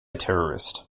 terrorist